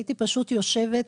הייתי פשוט יושבת,